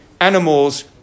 animals